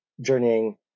journeying